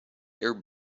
air